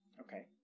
Okay